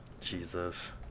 Jesus